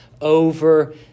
over